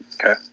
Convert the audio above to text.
okay